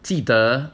记得